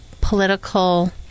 political